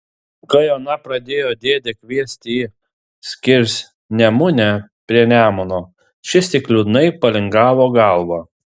kai ona pradėjo dėdę kviesti į skirsnemunę prie nemuno šis tik liūdnai palingavo galvą